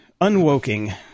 Unwoking